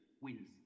wins